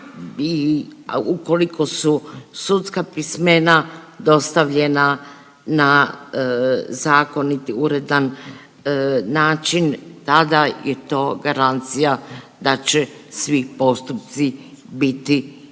ukoliko su sudska pismena dostavljena na zakonit i uredan način tada je to garancija da će svi postupci biti i